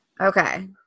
Okay